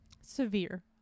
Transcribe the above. severe